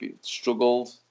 struggled